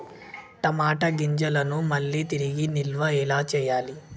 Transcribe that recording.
టమాట గింజలను మళ్ళీ తిరిగి నిల్వ ఎలా చేయాలి?